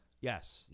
Yes